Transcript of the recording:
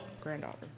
granddaughter